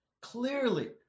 Clearly